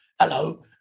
hello